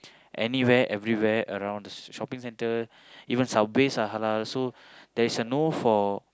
anywhere everywhere around the shopping centre even Subways are halal so there's a no for